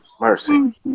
Mercy